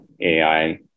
AI